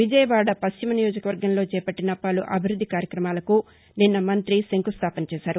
విజయవాడ పశ్చిమ నియోజకవర్గంలో చేపట్లిన పలు అభివృద్ది కార్యాక్రమాలకు నిన్న మంతి శంకుస్దాపన చేశారు